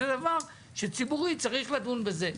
זה דבר שציבורית, צריך לדון בזה.